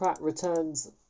returns